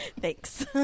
Thanks